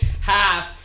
half